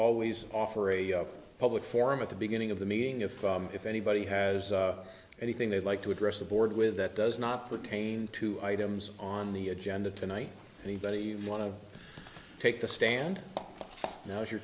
always offer a public forum at the beginning of the meeting if if anybody has anything they'd like to address the board with that does not pertain to items on the agenda tonight anybody you want to take the stand now is your